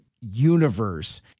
universe